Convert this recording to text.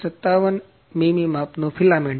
57 મીમી માપનું ફિલામેન્ટ